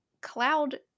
Cloud